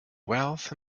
wealth